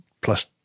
plus